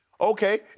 okay